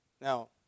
Now